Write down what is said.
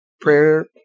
prayer